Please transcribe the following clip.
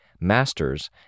masters